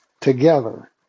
together